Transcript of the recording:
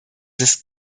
ist